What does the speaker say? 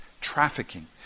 trafficking